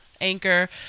Anchor